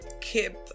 keep